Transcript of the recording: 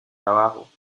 abajo